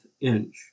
inch